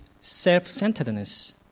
self-centeredness